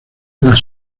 las